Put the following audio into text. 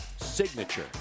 signature